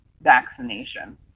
vaccination